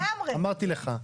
אמרתי לך.